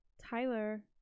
Tyler